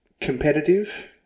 competitive